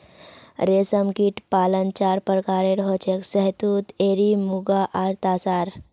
रेशमकीट पालन चार प्रकारेर हछेक शहतूत एरी मुगा आर तासार